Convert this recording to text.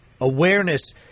awareness